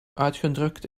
uitgedrukt